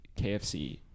KFC